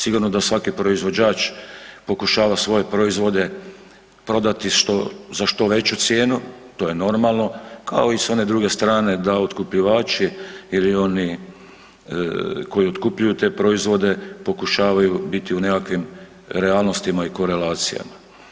Sigurno da svaki proizvođač pokušava svoje proizvode prodati za što veću cijenu, to je normalno, kao i s one druge strane da otkupljivači ili oni koji otkupljuju te proizvode pokušavaju biti u nekakvim realnostima i korelacijama.